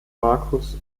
markus